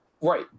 Right